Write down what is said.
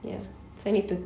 ya so I need to